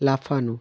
লাফানো